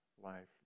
life